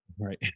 Right